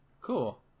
Cool